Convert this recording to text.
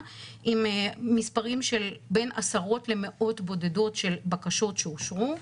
עם מספרים של בין עשרות למאות בודדות של בקשות שאושרו.